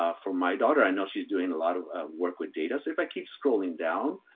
ah for my daughter, i know she's doing a lot of work with data. so if i keep scrolling down,